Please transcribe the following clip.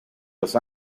los